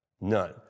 none